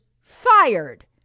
fired